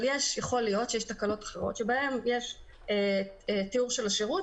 אבל יכול להיות שיש תקלות אחרות שבהן יש תיאור של השירות